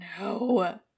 no